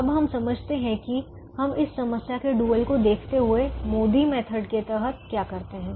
अब हम समझते हैं कि हम इस समस्या के डुअल को देखते हुए MODI मेथड के तहत क्या करते हैं